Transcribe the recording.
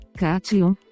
cátion